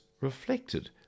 reflected